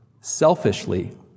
selfishly